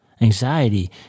Anxiety